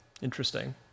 Interesting